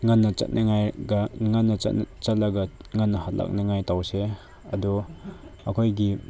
ꯉꯟꯅ ꯆꯠꯂꯒ ꯉꯟꯅ ꯍꯜꯂꯛꯅꯤꯡꯉꯥꯏ ꯇꯧꯁꯦ ꯑꯗꯣ ꯑꯩꯈꯣꯏꯒꯤ